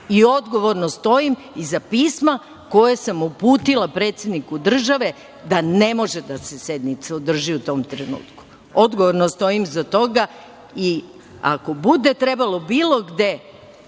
Odgovorno stojim iza pisma koje sam uputila predsedniku države da ne može da se sednica održi u tom trenutku. Odgovorno stojim iza toga i ako bude trebalo bilo gde